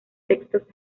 textos